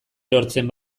erortzen